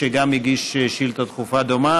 שגם הוא הגיש שאילתה דחופה דומה,